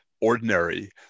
ordinary